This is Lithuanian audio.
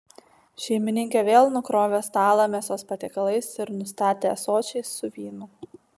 šeimininkė vėl nukrovė stalą mėsos patiekalais ir nustatė ąsočiais su vynu